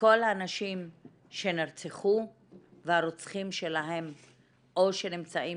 לכל הנשים שנרצחו והרוצחים שלהן או שנמצאים